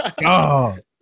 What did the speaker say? God